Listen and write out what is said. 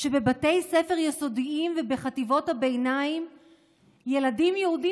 שבבתי ספר יסודיים ובחטיבות הביניים ילדים יהודים